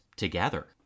Together